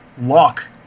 lock